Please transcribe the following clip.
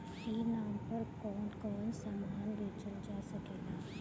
ई नाम पर कौन कौन समान बेचल जा सकेला?